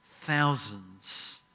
thousands